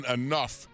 enough